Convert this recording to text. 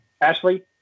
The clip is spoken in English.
Ashley